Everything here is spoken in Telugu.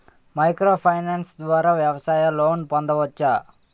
మైక్రో ఫైనాన్స్ ద్వారా వ్యవసాయ లోన్ పొందవచ్చా?